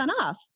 off